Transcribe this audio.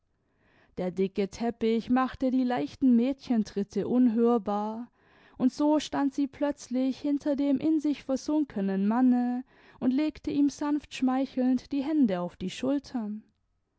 der dicke teppich machte die leichten mädchentritte unhörbar und so stand sie plötzlich hinter dem in sich versunkenen manne und legte ihm sanft schmeichelnd die hände auf die schultern